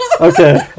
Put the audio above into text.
Okay